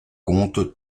compte